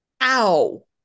ow